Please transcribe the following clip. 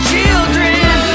Children